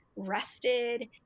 rested